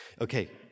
Okay